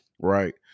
right